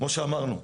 כמו שאמרנו,